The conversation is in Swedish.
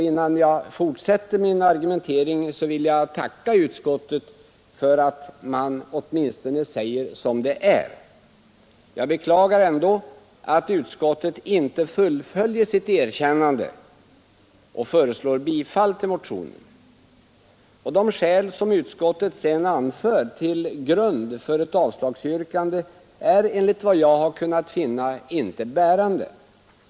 Innan jag fortsätter min argumentering vill jag tacka utskottet för att man åtminstone säger som det är. Jag beklagar ändå att utskottet inte fullföljer sitt erkännande och föreslår bifall till motionen. De skäl som utskottet sedan anför till grund för ett avslagsyrkande är enligt vad jag har kunnat finna inte bärande.